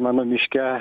mano miške